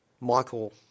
Michael